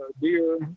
deer